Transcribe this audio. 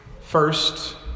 First